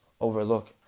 overlook